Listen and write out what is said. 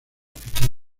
fichar